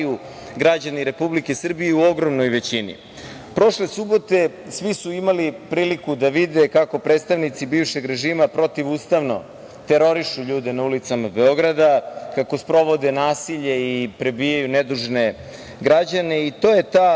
građani Republike Srbije u ogromnoj većini. Prošle subote svi su imali priliku da vide kako predstavnici bivšeg režima protivustavno terorišu ljude na ulicama Beograda, kako sprovode nasilje i prebijaju nedužne građane. I to je ta